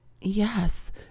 Yes